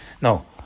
No